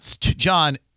John